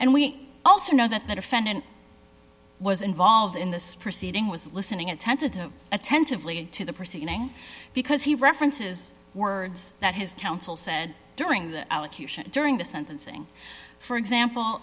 and we also know that the defendant was involved in this proceeding was listening a tentative attentively to the proceeding because he references words that his counsel said during the allocution during the sentencing for example